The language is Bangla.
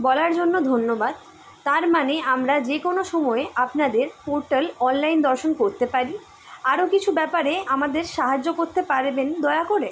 বলার জন্য ধন্যবাদ তার মানে আমরা যে কোনো সময়ে আপনাদের পোর্টাল অনলাইন দর্শন করতে পারি আরও কিছু ব্যাপারে আমাদের সাহায্য করতে পারবেন দয়া করে